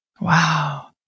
Wow